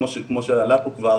כמו שעלה פה כבר,